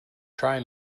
try